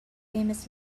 famous